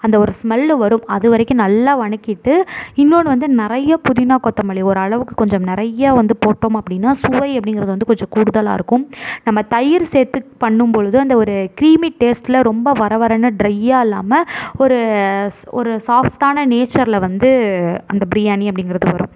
அந்த ஒரு ஸ்மெல்லு வரும் அதுவரைக்கும் நல்லா வதக்கிட்டு இன்னொன்று வந்து நிறைய புதினா கொத்தமல்லி ஒரளவுக்கு கொஞ்சம் நிறைய வந்து போட்டோம் அப்படின்னா சுவை அப்படிங்கறது வந்து கொஞ்சம் கூடுதலாக இருக்கும் நம்ம தயிர் சேர்த்து பண்ணும் பொழுது அந்த ஒரு கிரீமி டேஸ்ட்டில் ரொம்ப வர வரன்னு ட்ரையாக இல்லாமல் ஒரு ஒரு சாஃப்டான நேச்சரில் வந்து அந்த பிரியாணி அப்படிங்கறது வரும்